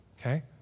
okay